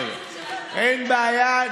אין בעיה.